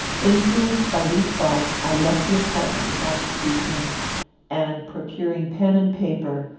influenced by these thoughts, i left the apartment without speaking and, procuring pen and paper,